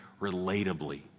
relatably